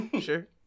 sure